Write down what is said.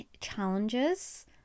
challenges